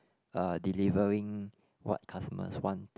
uh delivering what customers want